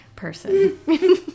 person